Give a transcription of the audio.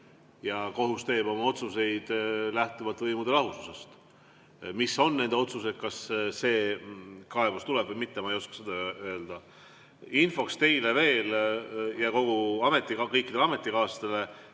ja kohus teeb oma otsuseid lähtuvalt võimude lahususest. Mis on nende otsus, kas see kaebus tuleb või mitte, seda ma ei oska öelda. Infoks teile ja kõikidele ametikaaslastele,